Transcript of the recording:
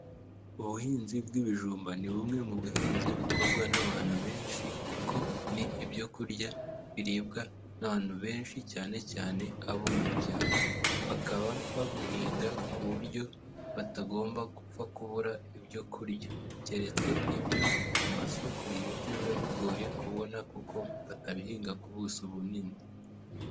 Ubuhinzi bw'ibijumba ni bumwe mu buhinzi bukorwa n'abantu benshi kuko ni ibyo kurya biribwa n'abantu benshi cyane cyane abo mu byaro, bakaba babuhinga ku buryo batagomba gupfa kubura ibyo kurya, keretse ibyo amasoko ni nibyo biba bigoye kubona kuko batabihinga ku buso bunini.